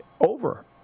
over